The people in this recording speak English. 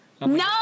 No